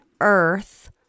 earth